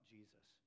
Jesus